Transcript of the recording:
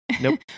Nope